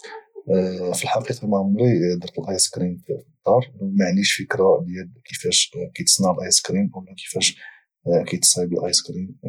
في الحقيقه ما عمرني درت الايس كريم في الدار وما عنديش فكره ديال كيفاش كيتصنع الايس كريم ولا كيفاش كي تصايب الايس كريم